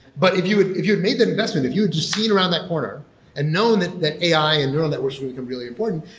but if you if you had made that investment, if you had just seen around that corner and know that that ai and neural networks could become really important,